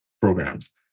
programs